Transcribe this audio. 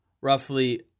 roughly